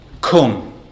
Come